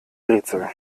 rätsel